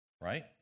right